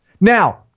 Now